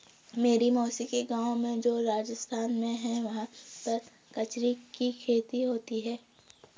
मेरी मौसी के गाँव में जो राजस्थान में है वहाँ पर कचरी की खेती होती है